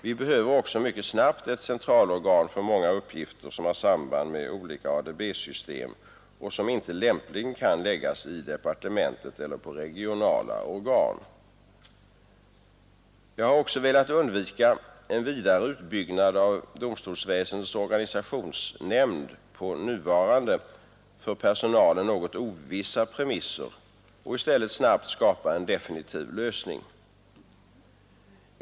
Vi behöver också mycket snabbt ett centralorgan för många uppgifter som har samband med olika ADB-system och som inte lämpligen kan läggas i departementet eller på regionala organ. Jag har också velat undvika en vidare utbyggnad av domstolsväsendets organisationsnämnd på nuvarande för personalen något ovissa premisser och i stället snabbt skapa en definitiv lösning.